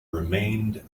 remained